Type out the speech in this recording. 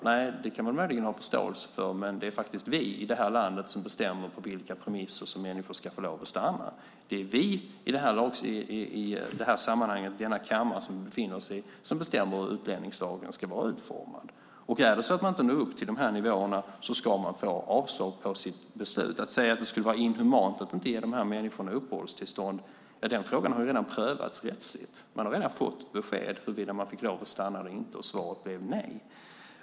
Nej, det kan man möjligen ha förståelse för, men det är faktiskt vi i det här landet som bestämmer på vilka premisser som människor ska få lov att stanna. Det är vi i det här sammanhanget, den kammare vi befinner oss i, som bestämmer hur utlänningslagen ska vara utformad. Och är det så att man inte når upp till dessa nivåer ska man få avslag på sin ansökan. Beträffande att det skulle vara inhumant att inte ge de här människorna uppehållstillstånd har den frågan redan prövats rättsligt. Man har redan fått besked huruvida man fick lov att stanna eller inte, och svaret blev nej.